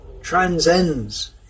transcends